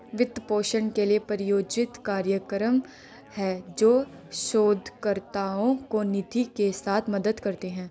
वित्त पोषण के लिए, प्रायोजित कार्यक्रम हैं, जो शोधकर्ताओं को निधि के साथ मदद करते हैं